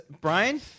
Brian